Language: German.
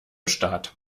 staat